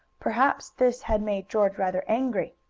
perhaps this had made george rather angry.